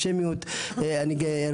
גם הסיפור של אנטישמיות.